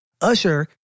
Usher